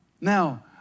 Now